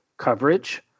coverage